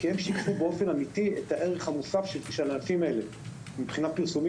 כי הם שיקפו באופן אמיתי את הערך המוסף של הענפים האלה מבחינת פרסום,